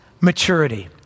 maturity